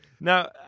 Now